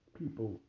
people